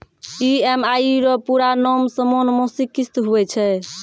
EMI रो पूरा नाम समान मासिक किस्त हुवै छै